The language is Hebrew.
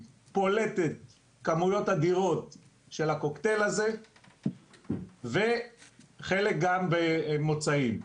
פולטת כמויות אדירות של הקוקטייל הזה וחלק גם במוצאים.